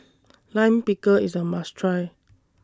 Lime Pickle IS A must Try